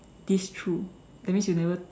this through that means you never